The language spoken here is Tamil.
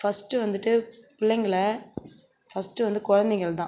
ஃபஸ்ட்டு வந்துட்டு பிள்ளைங்கள ஃபஸ்ட்டு வந்து குழந்தைகள் தான்